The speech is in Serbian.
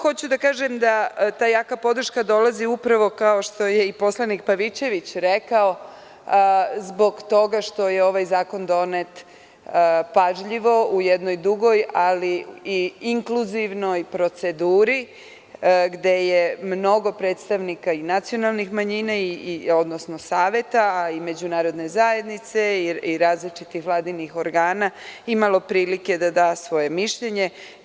Hoću da kažem da ta jaka podrška dolazi, kao što je poslanik Pavićević rekao, zbog toga što je ovaj zakon donet pažljivo, u jednoj dugoj, ali i inkluzivnoj proceduri, gde je mnogo predstavnika nacionalnih manjina, odnosno saveta, a i međunarodne zajednice, različitih vladinih organa imalo prilike da da svoje mišljenje.